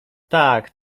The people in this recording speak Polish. tak